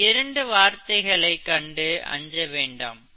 இந்த இரண்டு வார்த்தைகளைக் கண்டு அஞ்ச வேண்டாம்